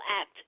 act